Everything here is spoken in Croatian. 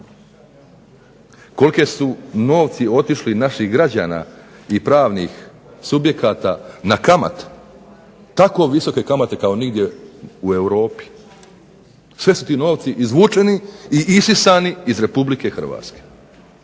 Koliki su novci otišli naših građana i pravnih subjekata na kamat tako visoke kamate kao kod nikog u Europi, svi su ti novci izvučeni i isisani iz Republike Hrvatske,